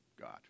God